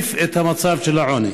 מחריף את המצב של העוני.